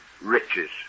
riches